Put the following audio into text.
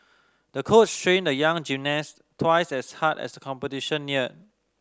the coach trained the young gymnast twice as hard as competition neared